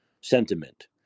sentiment